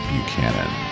Buchanan